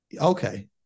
Okay